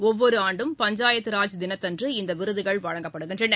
ஒவ்வொரு ஆண்டும் பஞ்சாயத்து ராஜ் தினத்தன்று இந்த விருதுகள் வழங்கப்படுகின்றன